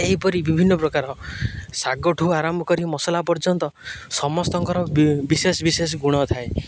ଏହିପରି ବିଭିନ୍ନ ପ୍ରକାର ଶାଗଠୁ ଆରମ୍ଭ କରି ମସଲା ପର୍ଯ୍ୟନ୍ତ ସମସ୍ତଙ୍କର ବି ବିଶେଷ ବିଶେଷ ଗୁଣ ଥାଏ